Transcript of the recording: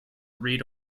read